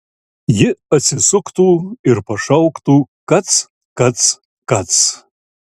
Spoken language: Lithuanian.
ji atsisuktų ir pašauktų kac kac kac